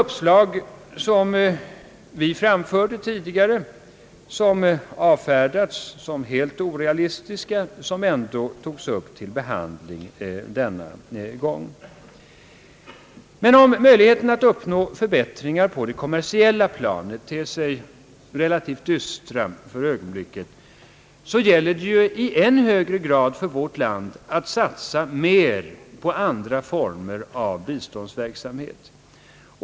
Uppslag, som tidigare framförts och som då avfärdats såsom helt orealistiska, togs ändå upp till behandling denna gång. Men om möjligheterna att uppnå förbättringar på det kommersiella planet ter sig relativt dystra för ögonblicket, gäller det i än högre grad för vårt land att satsa mer på andra former av biståndsverksamhet.